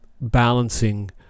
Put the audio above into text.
balancing